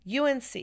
UNC